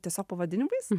tiesiog pavadinimais